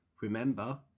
Remember